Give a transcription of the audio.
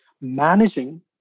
managing